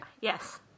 Yes